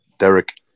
Derek